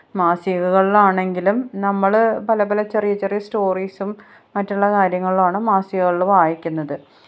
മാസികകളിലാണെങ്കിലും നമ്മൾ പല പല ചെറിയ ചെറിയ സ്റ്റോറീസും മറ്റുള്ള കാര്യങ്ങളിലും ആണ് മാസികകളിൽ വായിക്കുന്നത്